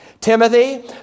Timothy